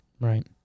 Right